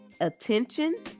attention